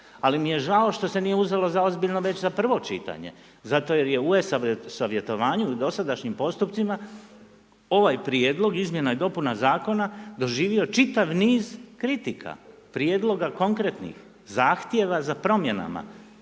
ali mi je žao što se nije uzelo zaozbiljno već za prvo čitanje, zato jer je u savjetovanju u dosadašnjim postupcima ovaj prijedlog izmjena i dopuna zakona doživio čitav niz kritika, prijedloga konkretnih, zahtjeva za promjenama